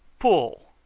pull!